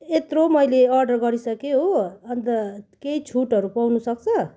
यत्रो मैले अर्डर गरिसकेँ हो अन्त केही छुटहरू पाउनु सक्छ